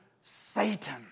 Satan